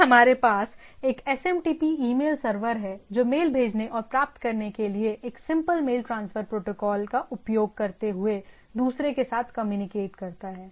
फिर हमारे पास एक एसएमटीपी ईमेल सर्वर है जो मेल भेजने और प्राप्त करने के लिए सिंपल मेल ट्रांसफर प्रोटोकॉल का उपयोग करते हुए दूसरों के साथ कम्युनिकेट करता है